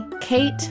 Kate